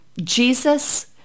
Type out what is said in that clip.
Jesus